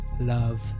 love